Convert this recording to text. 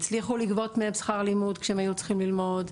הצליחו לגבות מהם שכר לימוד כשהם היו צריכים ללמוד,